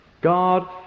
God